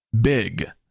big